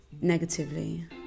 Negatively